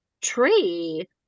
tree